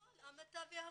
המתווך.